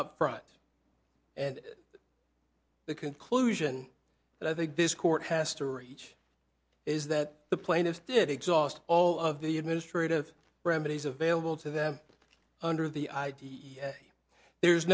upfront and the conclusion that i think this court has to reach is that the plaintiffs did exhaust all of the administrative remedies available to them under the